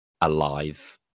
alive